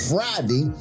Friday